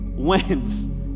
wins